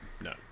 No